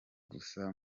gusa